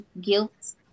guilt